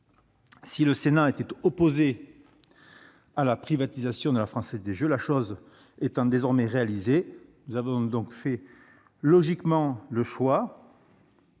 si le Sénat était opposé à la privatisation de la Française des jeux, la chose étant désormais réalisée, nous avons logiquement fait le choix